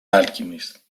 alchemist